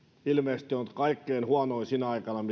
ilmeisesti on nyt kaikkein huonoin sinä aikana jona on